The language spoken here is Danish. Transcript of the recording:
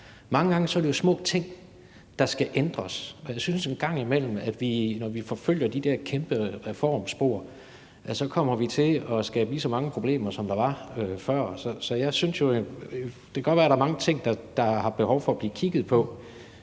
Mange gange er det jo små ting, der skal ændres. Jeg synes en gang imellem, at vi, når vi forfølger de der kæmpe reformspor, kommer til at skabe lige så mange problemer, som der var før. Det kan godt være, at der er mange ting, der er behov for at få kigget på,